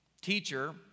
Teacher